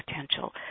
potential